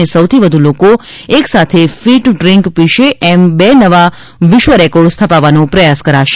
અને સૌથી વધુ લોકો એક સાથે ફિટ ડ્રિંક પીશે એમ બે નવા વિશ્વ રેકોર્ડ સ્થાપવાનો પ્રયાસ કરાશે